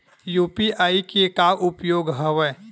UPI के का उपयोग हवय?